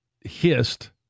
hissed